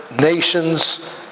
nations